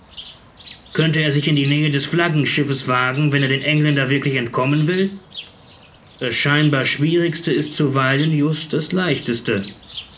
könnte er sich in die nähe des flaggenschiffes wagen wenn er den engländern wirklich entkommen will das scheinbar schwierigste ist zuweilen just das leichteste